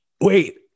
wait